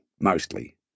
mostly